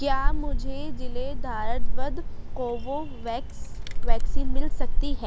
کیا مجھے ضلع دھاردود کووویکس ویکسین مل سکتی ہے